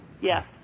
yes